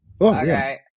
Okay